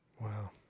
Wow